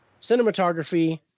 cinematography